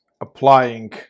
applying